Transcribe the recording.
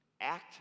act